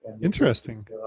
Interesting